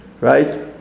Right